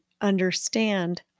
understand